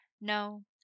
No